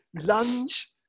lunge